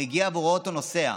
הוא מגיע ורואה אותו נוסע.